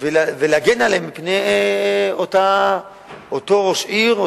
ולהגן עליהם מפני אותו ראש עיר,